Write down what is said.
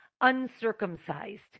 uncircumcised